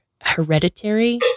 Hereditary